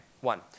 one